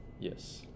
yes